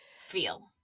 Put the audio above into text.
feel